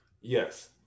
Yes